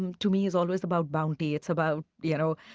um to me, is always about bounty. it's about you know